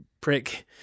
prick